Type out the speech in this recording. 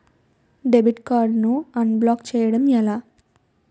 Debit card ను unblock block చేయటం ఎలా?